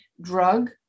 drug